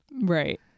Right